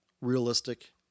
realistic